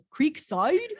Creekside